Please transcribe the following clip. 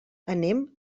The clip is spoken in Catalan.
anem